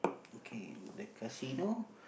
okay the casino